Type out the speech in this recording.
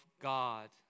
God